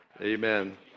Amen